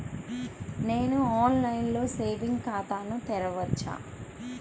నేను ఆన్లైన్లో సేవింగ్స్ ఖాతాను తెరవవచ్చా?